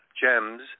gems